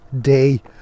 day